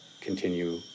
continue